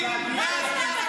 סיימת לדבר את השטויות